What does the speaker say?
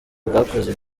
bwakoze